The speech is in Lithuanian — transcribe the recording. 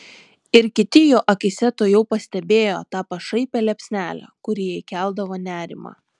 ir kiti jo akyse tuojau pastebėjo tą pašaipią liepsnelę kuri jai keldavo nerimą